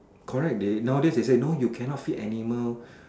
correct they nowadays they said no you can not feed animal